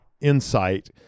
insight